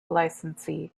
licensee